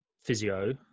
physio